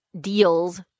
deals